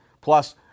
Plus